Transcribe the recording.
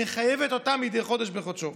מחייבת אותם מדי חודש בחודשו.